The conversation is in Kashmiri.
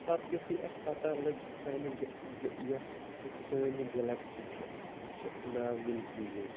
پَتہٕ یُتھٕے اَسہِ پَتاہ لٔج سانہِ گیٚہ گیٚہ یۄس سٲنۍ یہِ گلیکسی چھِ اَتھ چھُ ناو مِلکی وے